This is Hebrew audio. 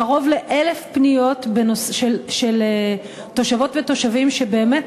קרוב ל-1,000 פניות של תושבות ותושבים שבאמת,